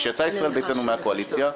כשיצאה ישראל ביתנו מהקואליציה,